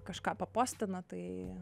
kažką papostina tai